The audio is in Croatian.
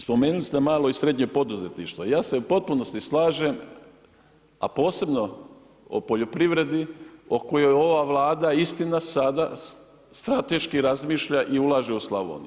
Spomenuli ste malo i srednje poduzetništvo, ja se u potpunosti slažem a posebno o poljoprivredi o kojoj Vlada istina sada strateški razmišlja i ulaže u Slavoniju.